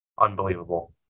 unbelievable